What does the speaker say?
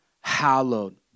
hallowed